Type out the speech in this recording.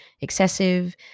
excessive